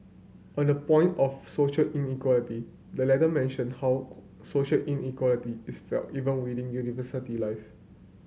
on the point of social inequality the letter mentioned how social inequality is felt even within university life